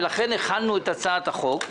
ולכן הכנו את הצעת החוק.